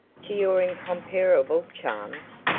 to your incomparable charms?